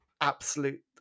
absolute